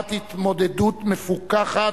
תובעת התמודדות מפוכחת,